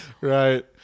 Right